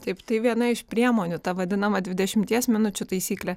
taip tai viena iš priemonių ta vadinama dvidešimties minučių taisyklė